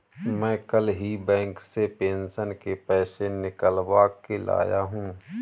मैं कल ही बैंक से पेंशन के पैसे निकलवा के लाया हूँ